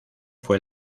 fue